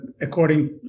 according